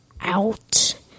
out